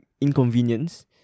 inconvenience